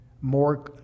more